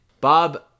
Bob